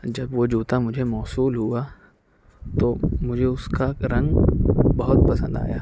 جب وہ جوتا مجھے موصول ہُوا تو مجھے اُس کا رنگ بہت پسند آیا